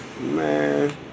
Man